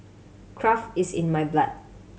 craft is in my blood